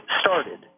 started